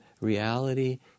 reality